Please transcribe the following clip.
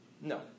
No